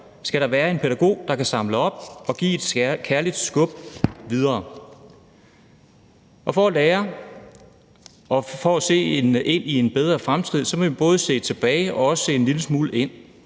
skal der være en pædagog, der kan samle op og give et kærligt skub videre. For at lære og for at se ind i en bedre fremtid må vi både se tilbage og også se en lille smule frem.